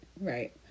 Right